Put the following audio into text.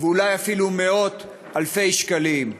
ואולי אפילו מאות אלפי שקלים.